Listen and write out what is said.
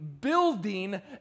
building